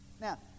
Now